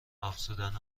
افزودن